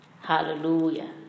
hallelujah